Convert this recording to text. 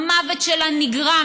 המוות שלה נגרם,